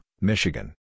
Michigan